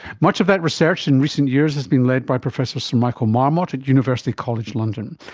much of that research in recent years has been led by professor sir michael marmot at university college london.